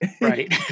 right